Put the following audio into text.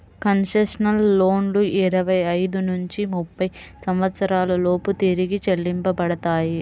concessional లోన్లు ఇరవై ఐదు నుంచి ముప్పై సంవత్సరాల లోపు తిరిగి చెల్లించబడతాయి